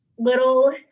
little